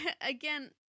Again